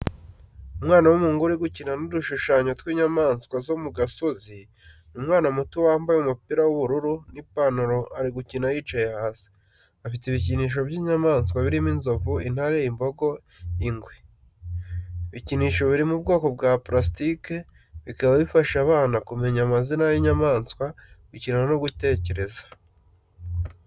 Umwana w'umuhungu uri gukina n’udushushanyo tw’inyamaswa zo mu gasozi, ni umwana muto wambaye umupira w’ubururu n’ipantaro ari gukina yicaye hasi, afite ibikinisho by’inyamaswa birimo inzovu, intare, imbogo, ingwe. Ibikinisho biri mu bwoko bwa parasitike, bikaba bifasha abana kumenya amazina y’inyamaswa gukina no gutekereza.